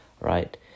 right